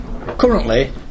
currently